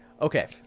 Okay